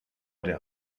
der